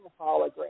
hologram